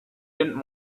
didn’t